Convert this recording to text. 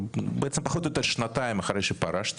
בעצם פחות או יותר שנתיים אחרי שפרשתי,